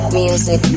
music